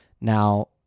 Now